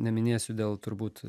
neminėsiu dėl turbūt